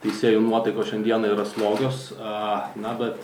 teisėjų nuotaikos šiandieną yra slogios a na bet